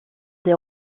des